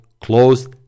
closed